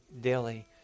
daily